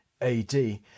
AD